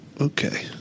Okay